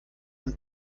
ein